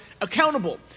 accountable